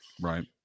Right